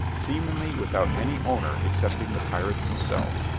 seemingly without any owner excepting the pirates themselves.